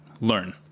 learn